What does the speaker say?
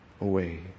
away